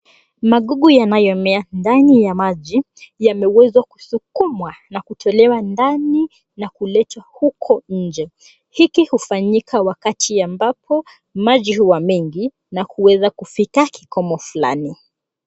Magugu yanayomea ndani ya maji yameweza kumbwa na kutolewa ndani na kuletwa huko nje. Hiki hufanyika wakati ambapo maji hua mengi na kuweza kufika kikomo fulani.